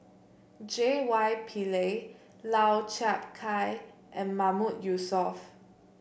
J Y Pillay Lau Chiap Khai and Mahmood Yusof